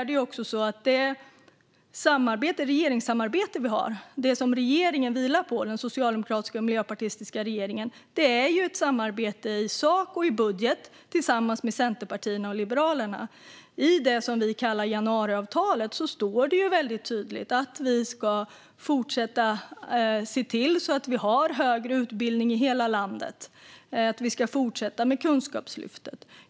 Det samarbete med Centerpartiet och Liberalerna som den socialdemokratiska och miljöpartistiska regeringen vilar på gäller både sak och budget. I det vi kallar januariavtalet står det väldigt tydligt att vi ska fortsätta se till att vi har högre utbildning i hela landet och att vi ska fortsätta med Kunskapslyftet.